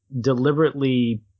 deliberately –